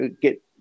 get